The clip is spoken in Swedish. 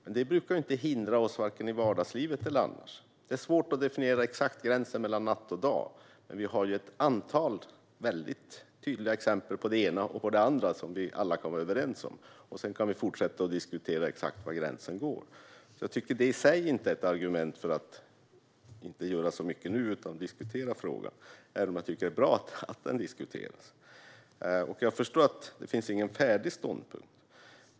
Men det brukar inte hindra oss vare sig i vardagslivet eller annars. Det är svårt att exakt definiera gränsen mellan natt och dag, men det finns ändå ett antal tydliga exempel på det ena eller andra som vi alla kan vara överens om. Sedan kan vi fortsätta diskutera exakt var gränsen går. Detta är i sig inte ett argument för att inte göra så mycket nu utan diskutera frågan, även om jag tycker att det är bra att den diskuteras. Jag förstår att det inte finns någon färdig ståndpunkt.